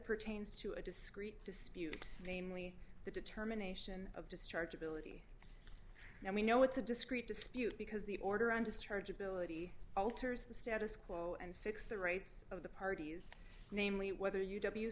pertains to a discrete dispute namely the determination of discharge ability and we know it's a discrete dispute because the order i'm just heard ability alters the status quo and fix the rights of the parties namely whether you w